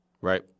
Right